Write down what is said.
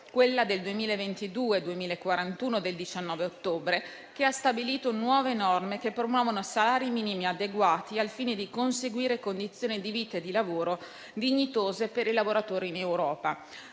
la 2022/2041 del 19 ottobre, che ha stabilito nuove norme che promuovono salari minimi adeguati al fine di conseguire condizioni di vita e di lavoro dignitose per i lavoratori in Europa.